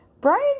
Brian